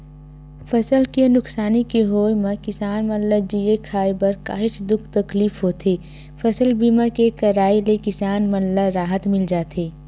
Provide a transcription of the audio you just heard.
फसल के नुकसानी के होय म किसान मन ल जीए खांए बर काहेच दुख तकलीफ होथे फसल बीमा के कराय ले किसान मन ल राहत मिल जाथे